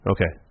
Okay